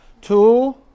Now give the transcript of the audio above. Two